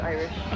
Irish